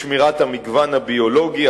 לשמירת המגוון הביולוגי,